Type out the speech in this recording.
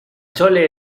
chole